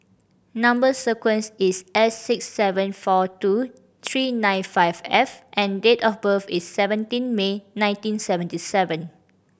number sequence is S six seven four two three nine five F and date of birth is seventeen May nineteen seventy seven